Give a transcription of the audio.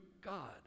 God